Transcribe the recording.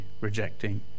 rejecting